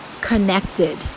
connected